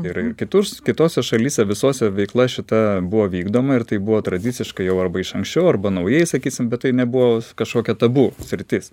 ir kitur kitose šalyse visose veikla šita buvo vykdoma ir tai buvo tradiciškai jau arba iš anksčiau arba naujai sakysim bet tai nebuvo kažkokia tabu sritis